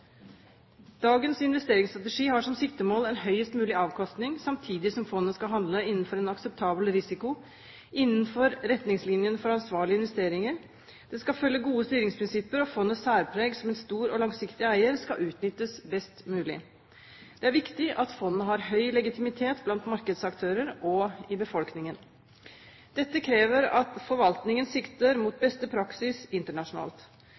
Dagens investeringsstrategi har som siktemål en høyest mulig avkastning, samtidig som fondet skal handle innenfor en akseptabel risiko, innenfor retningslinjene for ansvarlige investeringer, det skal følge gode styringsprinsipper, og fondets særpreg som en stor og langsiktig eier skal utnyttes best mulig. Det er viktig at fondet har høy legitimitet blant markedsaktører og i befolkningen. Dette krever at forvaltningen sikter mot beste praksis internasjonalt.